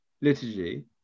liturgy